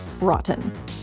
rotten